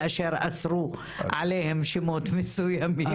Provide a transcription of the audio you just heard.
כאשר אסרו עליהם שמות מסוימים.